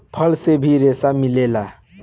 फल से भी रेसा मिलेला